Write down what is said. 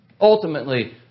Ultimately